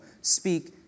speak